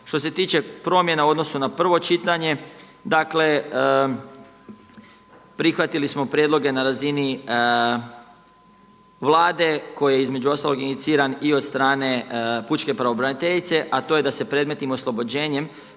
Što se tiče promjena u odnosu na prvo čitanje, dakle prihvatili smo prijedloge na razini Vlade koji je između ostalog iniciran i od strane pučke pravobraniteljice, a to je da se predmetnim oslobođenjem